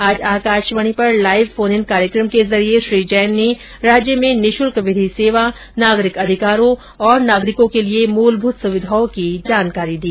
आज आकाशवाणी पर live phone in कार्यक्रम के जरिये श्री जैन ने राज्य में निःशुल्क विधिक सेवा नागरिक अधिकारों और नागरिकों के लिये मूलभूत सुविधाओं की जानकारी दी